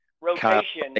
rotation